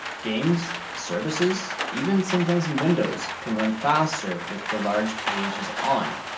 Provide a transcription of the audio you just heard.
games, services, even some things in windows can run faster with the large pages on.